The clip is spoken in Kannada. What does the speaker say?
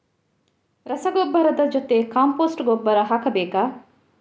ರಸಗೊಬ್ಬರದ ಜೊತೆ ಕಾಂಪೋಸ್ಟ್ ಗೊಬ್ಬರ ಹಾಕಬೇಕಾ?